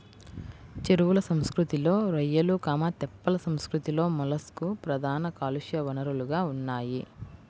చెరువుల సంస్కృతిలో రొయ్యలు, తెప్పల సంస్కృతిలో మొలస్క్లు ప్రధాన కాలుష్య వనరులుగా ఉన్నాయి